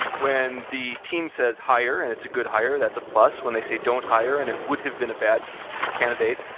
when the team says hire, and it's a good hire, hire, that's a plus. when they say don't hire, and it would have been a bat candidate,